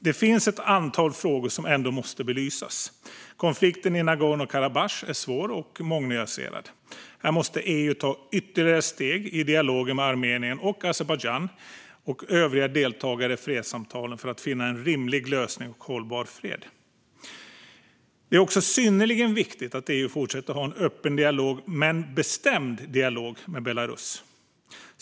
Det finns ett antal frågor som ändå måste belysas. Konflikten i Nagorno-Karabach är svår och mångnyanserad. Här måste EU ta ytterligare steg i dialogen med Armenien och Azerbajdzjan och övriga deltagare i fredssamtalen för att finna en rimlig lösning och hållbar fred. Det är också synnerligen viktigt att EU fortsätter ha en öppen men bestämd dialog med Belarus.